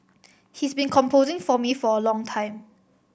he's been composing for me for a long time